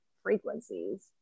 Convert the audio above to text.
frequencies